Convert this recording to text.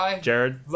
Jared